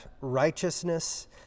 righteousness